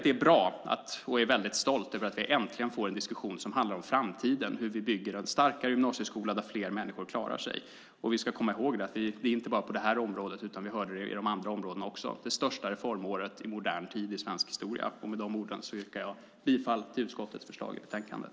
Det är bra och jag är väldigt stolt över att vi äntligen får en diskussion som handlar om framtiden och hur vi bygger en starkare gymnasieskola där fler människor klarar sig. Vi ska komma ihåg att det inte bara gäller på detta område utan också på andra områden. Det är det största reformåret i modern tid i svensk historia. Jag yrkar bifall till utskottets förslag i betänkandet.